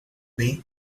way